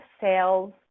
sales